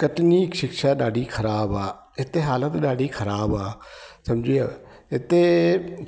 कटनी शिक्षा ॾाढी ख़राब आहे हिते हालत ॾाढी ख़राब आहे सम्झो हिते